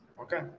Okay